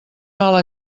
mal